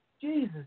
Jesus